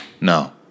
No